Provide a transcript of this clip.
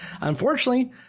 Unfortunately